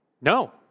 No